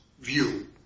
view